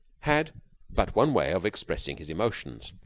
had but one way of expressing his emotions,